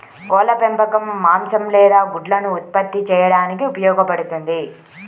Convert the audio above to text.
కోళ్ల పెంపకం మాంసం లేదా గుడ్లను ఉత్పత్తి చేయడానికి ఉపయోగపడుతుంది